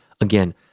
Again